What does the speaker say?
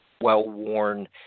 well-worn